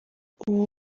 ubu